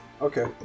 Okay